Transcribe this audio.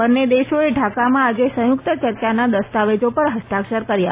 બંને દેશોએ ઢાકામાં આજે સંયુક્ત ચર્ચાના દસ્તાવેજો પર હસ્તાક્ષર કર્યા